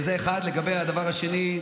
זה, 1. לגבי הדבר השני,